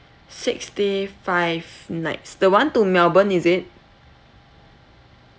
six day five nights the one to melbourne is it